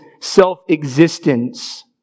self-existence